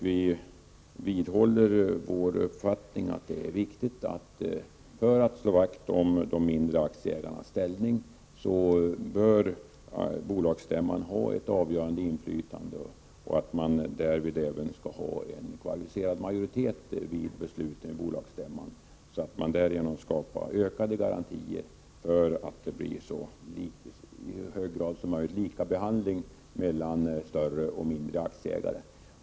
Vi vidhåller vår uppfattning att vikten av att slå vakt om de mindre aktieägarnas ställning kräver att bolagsstämman har ett avgörande inflytande vid beslut om riktade emissioner. Besluten bör kunna fattas endast av en kvalificerad majoritet på bolagsstämman. Därigenom skapas ökade garantier för en i så hög grad som möjligt lika behandling av större och mindre aktieägare.